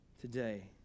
Today